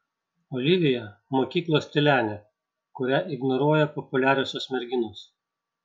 olivija mokyklos tylenė kurią ignoruoja populiariosios merginos